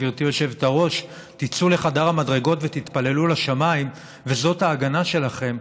גברתי היושבת-ראש: תצאו לחדר המדרגות ותתפללו לשמיים וזו ההגנה שלכם,